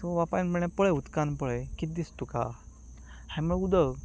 so बापायन म्हणलें पळय उदकांत पळय कितें दिसता तुका हांवें म्हणलें उदक